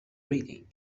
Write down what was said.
reading